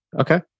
Okay